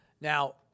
Now